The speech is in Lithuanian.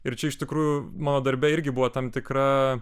ir čia iš tikrųjų mano darbe irgi buvo tam tikra